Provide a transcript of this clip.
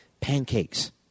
pancakes